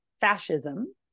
fascism